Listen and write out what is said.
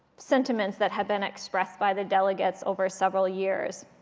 sentiments that have been expressed by the delegates over several years.